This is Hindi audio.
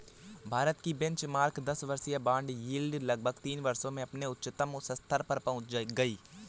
भारत की बेंचमार्क दस वर्षीय बॉन्ड यील्ड लगभग तीन वर्षों में अपने उच्चतम स्तर पर पहुंच गई